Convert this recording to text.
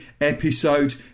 episode